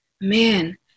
man